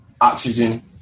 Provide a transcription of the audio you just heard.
oxygen